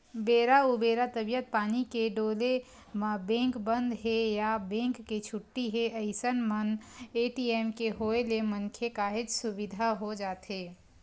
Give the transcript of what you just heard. बेरा उबेरा तबीयत पानी के डोले म बेंक बंद हे या बेंक के छुट्टी हे अइसन मन ए.टी.एम के होय ले मनखे काहेच सुबिधा हो जाथे